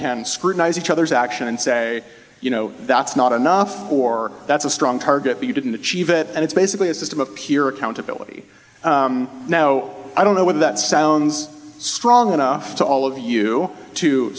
can scrutinize each other's action and say you know that's not enough or that's a strong target but you didn't achieve it and it's basically a system of peer accountability now i don't know whether that sounds strong enough to all of you to